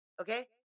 Okay